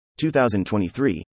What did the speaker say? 2023